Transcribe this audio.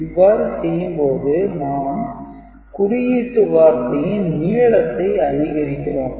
இவ்வாறு செய்யும் போது நாம் குறியீட்டு வார்த்தையின் நீளத்தை அதிகரிக்கிறோம்